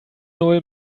null